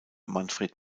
manfred